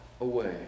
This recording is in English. away